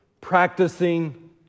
practicing